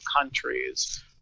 countries